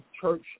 church